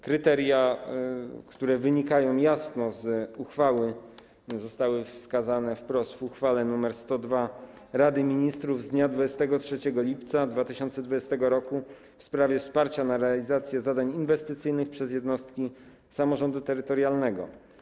Kryteria, które wynikają jasno z uchwały, zostały wskazane wprost w uchwale nr 102 Rady Ministrów z dnia 23 lipca 2020 r. w sprawie wsparcia na realizację zadań inwestycyjnych przez jednostki samorządu terytorialnego.